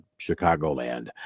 Chicagoland